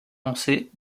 lancés